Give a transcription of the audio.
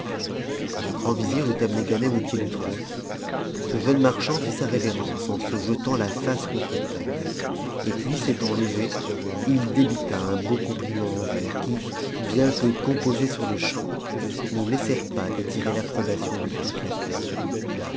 quand le grand vizir eut amené ganem au pied du trône ce jeun marchand fit sa révérence en se jetant la face contre terre et puis s'étant levé il débita un beau compliment en vers qui bien que composés surte champ ne laissèrent pas d'attirer l'approbation de toute la cour